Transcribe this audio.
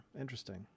Interesting